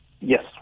Yes